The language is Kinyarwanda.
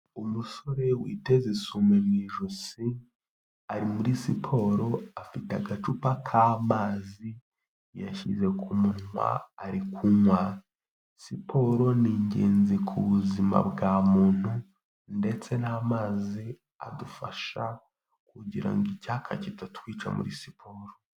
Umusore witeze isume mu ijosi, ari muri siporo afite agacupa k'amazi, yashyize ku munwa ari kunywa, siporo ni ingenzi ku buzima bwa muntu ndetse n'amazi adufasha kugira ngo icyaka kitatwica muri siporo.